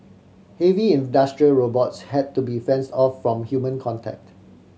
heavy industrial robots had to be fence off from human contact